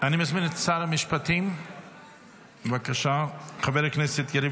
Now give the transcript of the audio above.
אני מזמין את שר המשפטים חבר הכנסת יריב